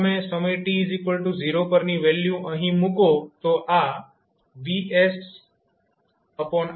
જો તમે સમય t0 પરની વેલ્યુ અહીં મુકો તો આ VsRA બનશે